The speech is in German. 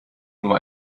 nur